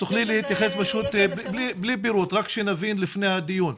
תוכלי להתייחס בלי פירוט, רק שנבין לפני הדיון.